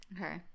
okay